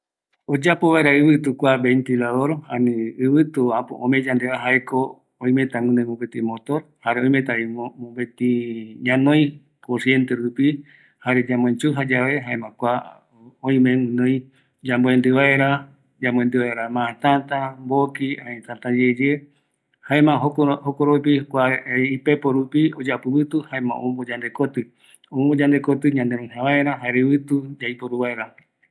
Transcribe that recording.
Kua tembiporu ɨvɨtu yapoa, ventilador, jaeko yaiporu vaera oimeta ñanoï corriente, jayave oparavɨkɨta, jukuraïyave, omboyere oyapo vaera ɨvɨtu, öime guinoï mboki, tata, tataete pegua